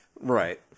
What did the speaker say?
Right